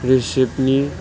रिसिप्टनि